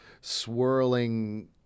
swirling